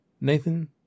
Nathan